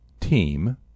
team